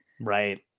right